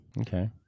Okay